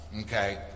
Okay